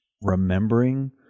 remembering